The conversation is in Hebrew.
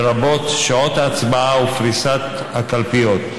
לרבות שעות ההצבעה ופריסת הקלפיות.